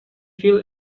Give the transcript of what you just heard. feel